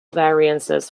variances